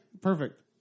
perfect